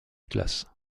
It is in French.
classe